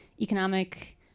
economic